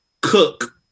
Cook